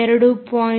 15